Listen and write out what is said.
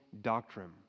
doctrine